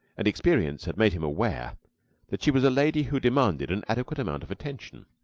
and experience had made him aware that she was a lady who demanded an adequate amount of attention.